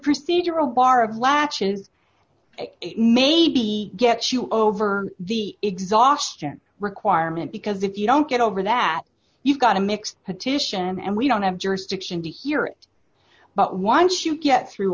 latches maybe gets you over the exhaustion requirement because if you don't get over that you've got a mixed petition and we don't have jurisdiction to hear it but once you get through